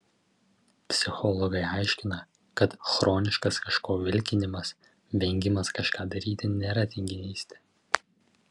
psichologai aiškina kad chroniškas kažko vilkinimas vengimas kažką daryti nėra tinginystė